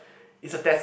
it's a test